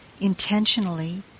intentionally